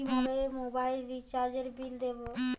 কিভাবে মোবাইল রিচার্যএর বিল দেবো?